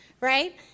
right